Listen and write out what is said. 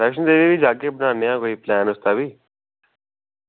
वैष्णो देवी जाह्गे बनाने आं प्लॉन इसदा बी